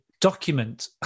document